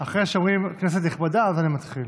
אחרי שאומרים "כנסת נכבדה", אני מתחיל.